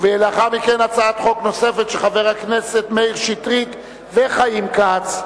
לאחר מכן הצעת חוק נוספת של חברי הכנסת מאיר שטרית וחיים כץ,